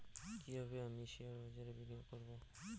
কিভাবে আমি শেয়ারবাজারে বিনিয়োগ করবে?